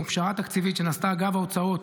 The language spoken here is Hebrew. ופשרה תקציבית שנעשתה אגב ההוצאות